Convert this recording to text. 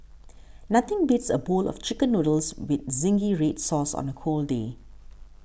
nothing beats a bowl of Chicken Noodles with Zingy Red Sauce on a cold day